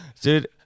dude